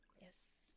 Yes